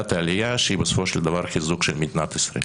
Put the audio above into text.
שהיא בסופו של דבר חיזוק של מדינת ישראל.